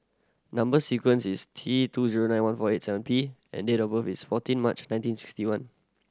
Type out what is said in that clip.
number sequence is T two zero nine one four eight seven P and date of birth is fourteen March nineteen sixty one